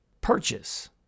purchase